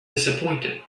disappointed